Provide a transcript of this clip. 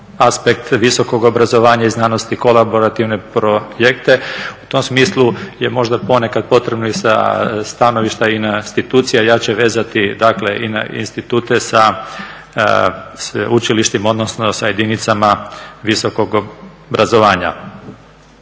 aspekt visokog obrazovanja i znanosti, kolaborativne projekte. U tom smislu je možda ponekad potrebno i sa stanovišta institucija jače vezati institute sa sveučilištima, odnosno sa jedinicama visokog obrazovanja.